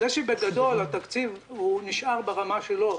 זה שבגדול התקציב נשאר ברמה שלו,